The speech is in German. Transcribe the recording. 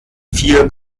vier